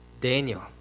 Daniel